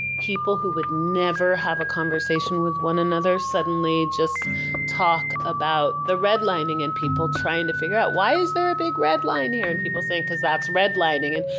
people who would never have a conversation with one another suddenly just talk about the redlining and people trying to figure out, why is there a big red line here? and people saying, because that's redlining. and,